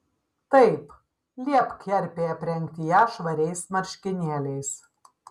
taip liepk kerpei aprengti ją švariais marškinėliais